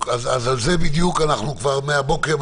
על זה בדיוק אנחנו מדברים כבר מהבוקר,